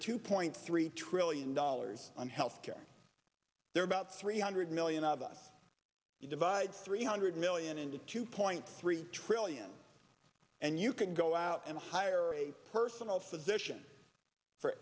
two point three trillion dollars on health care there are about three hundred million of us we divide three hundred million into two point three trillion and you can go out and hire a personal physician for